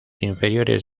inferiores